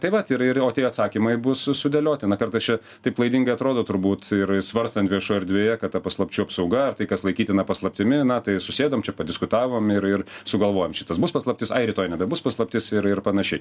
taip vat ir ir o tie atsakymai bus su sudėlioti na kartais čia taip klaidingai atrodo turbūt ir svarstant viešoj erdvėje kad ta paslapčių apsauga ar tai kas laikytina paslaptimi na tai susėdom čia padiskutavom ir ir sugalvojom šitas bus paslaptis ai rytoj nebebus paslaptis ir ir panašiai